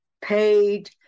paid